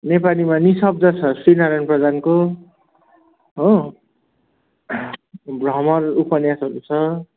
नेपालीमा निःशब्द छ श्री नारायण प्रधानको हो भ्रमर उपन्यासहरू छ